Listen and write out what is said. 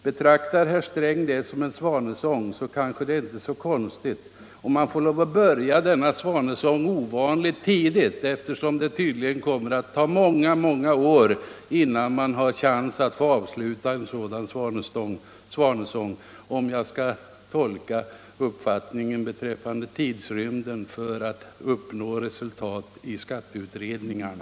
Betraktar herr Sträng detta som en svanesång, så kanske det inte är så konstigt om man får lov att börja denna svanesång ovanligt tidigt, eftersom det tydligen kommer att ta många år innan man har chansen att få avsluta en sådan svanesång — åtminstone om jag skall tolka uppfattningen beträffande tidrymden för att uppnå resultat i skatteutredningarna.